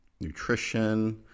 nutrition